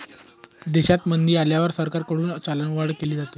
देशात मंदी आल्यावर सरकारकडून चलनवाढ केली जाते